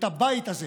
את הבית הזה.